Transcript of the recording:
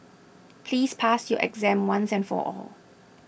please pass your exam once and for all